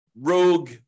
rogue